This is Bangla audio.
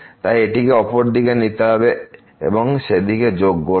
তাই এটিকে অপরদিকে নিতে হবে এবং সেদিকে যোগ করতে হয়